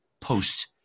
post